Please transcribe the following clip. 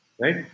right